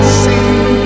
see